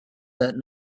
that